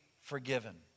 forgiven